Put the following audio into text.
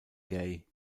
gay